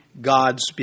gods